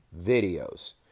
videos